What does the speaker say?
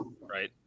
right